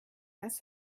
als